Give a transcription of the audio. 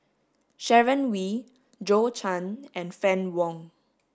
Sharon Wee Zhou Can and Fann Wong